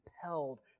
compelled